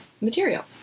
material